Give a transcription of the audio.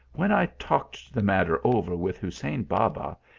when i talked the matter over with hussein baba,